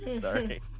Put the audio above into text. Sorry